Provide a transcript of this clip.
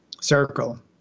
circle